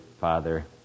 Father